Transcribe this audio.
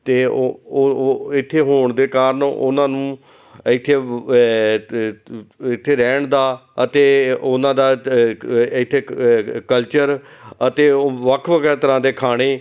ਅਤੇ ਉਹ ਇੱਥੇ ਹੋਣ ਦੇ ਕਾਰਨ ਉਹਨਾਂ ਨੂੰ ਇੱਥੇ ਵ ਇੱਥੇ ਰਹਿਣ ਦਾ ਅਤੇ ਉਹਨਾਂ ਦਾ ਦ ਕ ਇੱਥੇ ਕਲਚਰ ਅਤੇ ਉਹ ਵੱਖ ਵੱਖ ਤਰ੍ਹਾਂ ਦੇ ਖਾਣੇ